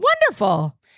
Wonderful